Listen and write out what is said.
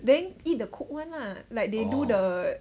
then eat the cooked one lah like they do the